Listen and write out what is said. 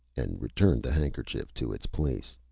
and returned the handkerchief to its place.